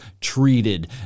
treated